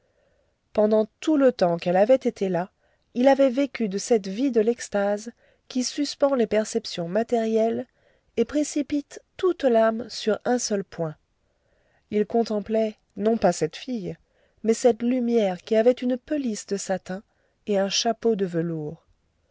pendant tout le temps qu'elle avait été là il avait vécu de cette vie de l'extase qui suspend les perceptions matérielles et précipite toute l'âme sur un seul point il contemplait non pas cette fille mais cette lumière qui avait une pelisse de satin et un chapeau de velours